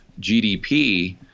GDP